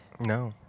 No